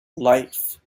life